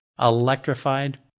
electrified